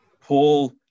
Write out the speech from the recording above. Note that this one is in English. Paul